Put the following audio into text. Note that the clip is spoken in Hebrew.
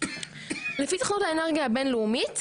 לפי סוכנות האנרגיה הבין-לאומית,